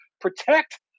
protect